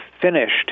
finished